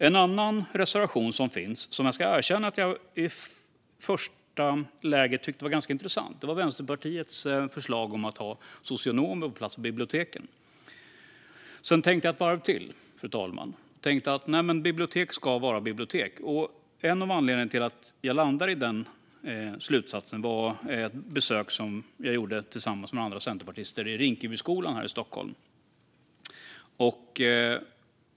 En annan reservation som finns, som jag ska erkänna att jag i första läget tyckte var ganska intressant, är Vänsterpartiets förslag om att ha socionomer på plats på biblioteken. Sedan tänkte jag ett varv till, fru talman. Jag tänkte att bibliotek ska vara bibliotek. En av anledningarna till att jag landade i den slutsatsen var ett besök som jag tillsammans med andra centerpartister gjorde i Rinkebyskolan här i Stockholm.